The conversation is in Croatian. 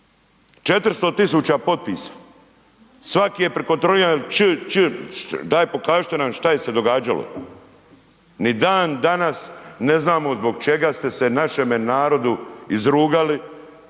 400 tisuća potpisa. Svaki je preko .../Govornik se ne razumije./... Daj pokažite nam što je se događalo. Ni dan danas ne znamo zbog čega ste se našemu narodu izrugali,